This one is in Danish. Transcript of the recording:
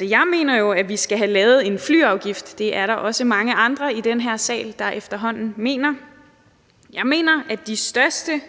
jeg mener jo, at vi skal have lavet en flyafgift, og det er der efterhånden også mange andre i den her sal der mener. Jeg mener, at de største